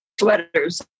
sweaters